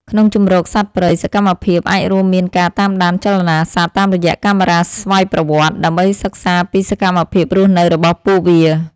ក្នុងជម្រកសត្វព្រៃ សកម្មភាពអាចរួមមានការតាមដានចលនាសត្វតាមរយៈកាមេរ៉ាស្វ័យប្រវត្តិ ដើម្បីសិក្សាពីសកម្មភាពរស់នៅរបស់ពួកវា។